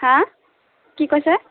হাঁ কি কৈছে